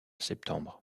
septembre